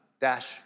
dash